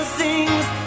sings